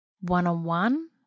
One-on-one